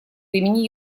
имени